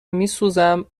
میسوزم